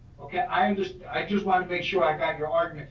okay, i um just i just want to make sure i got your ah